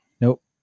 Nope